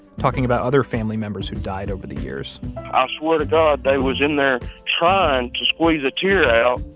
talking about other family members who died over the years i ah swear to god, they was in there trying to squeeze a tear out.